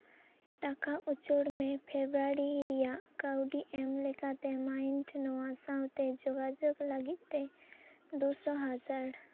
ᱴᱟᱠᱟ ᱩᱪᱟᱹᱲ ᱢᱮ ᱯᱷᱮᱵᱨᱩᱣᱟᱨᱤ ᱨᱮᱭᱟᱜ ᱠᱟᱹᱣᱰᱤ ᱮᱢ ᱞᱮᱠᱟᱛᱮ ᱢᱟᱭᱤᱱᱰ ᱱᱚᱣᱟ ᱥᱟᱶᱛᱮ ᱡᱳᱜᱟᱡᱳᱜᱽ ᱞᱟᱹᱜᱤᱫᱛᱮ ᱫᱩ ᱥᱚ ᱦᱟᱡᱟᱨ